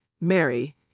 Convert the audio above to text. Mary